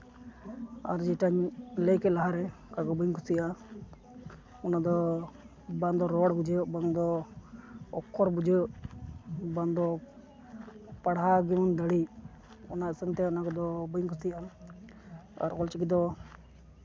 ᱟᱨ ᱡᱮᱴᱟᱧ ᱞᱟᱹᱭ ᱠᱮᱜ ᱞᱟᱦᱟᱨᱮ ᱚᱠᱟ ᱠᱚ ᱵᱟᱹᱧ ᱠᱩᱥᱤᱭᱟᱜᱼᱟ ᱚᱱᱟ ᱫᱚ ᱵᱟᱝ ᱫᱚ ᱨᱚᱲ ᱵᱩᱡᱷᱟᱹᱣ ᱵᱟᱝᱫᱚ ᱚᱠᱠᱷᱚᱨ ᱵᱩᱡᱷᱟᱹᱜ ᱵᱟᱝᱫᱚ ᱯᱟᱲᱦᱟᱣ ᱜᱮᱵᱚᱱ ᱫᱟᱲᱮᱜ ᱚᱱᱟ ᱦᱤᱥᱟᱹᱵ ᱛᱮ ᱚᱱᱟ ᱠᱚᱫᱚ ᱵᱟᱹᱧ ᱠᱩᱥᱤᱭᱟᱜᱼᱟ ᱟᱨ ᱚᱞᱪᱤᱠᱤ ᱫᱚ